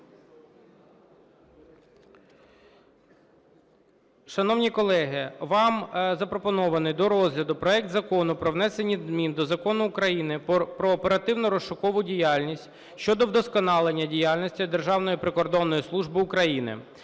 Шановні колеги, вам запропонований до розгляду проект Закону про внесення змін до Закону України "Про оперативно-розшукову діяльність" щодо вдосконалення діяльності Державної прикордонної служби України